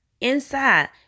inside